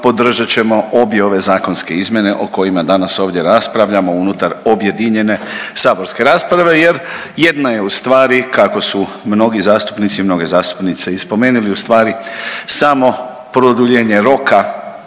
podržat ćemo obje ove zakonske izmjene o kojima danas ovdje raspravljamo unutar objedinjene saborske rasprave jer jedna je ustvari kako su mnogi zastupnici i mnoge zastupnice i spomenuli ustvari samo produljenje roka